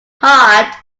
hard